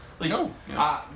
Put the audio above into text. No